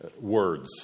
words